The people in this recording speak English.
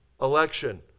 election